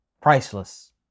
priceless